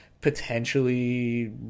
potentially